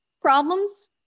Problems